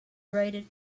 rated